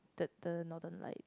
the the northern light